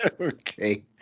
Okay